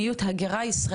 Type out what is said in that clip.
כן תודה,